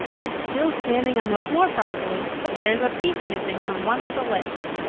it's still standing on the floor properly, but there's a piece missing from one of the legs.